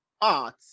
art